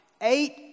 eight